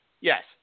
Yes